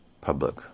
public